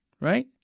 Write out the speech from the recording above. right